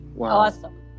awesome